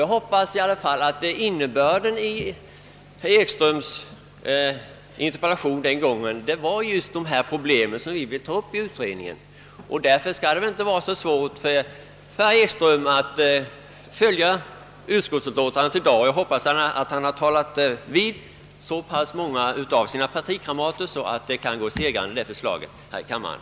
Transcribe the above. Jag hoppas emellertid att herr Ekström med sin fråga syftade på just de problem som vi vill att en utredning skall ta upp. Därför borde det inte vara så svårt för herr Ekström att följa utskottet i dag. Jag hoppas att han har talat med så många av sina kamrater, att förslaget kan segra i kammaren.